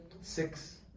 Six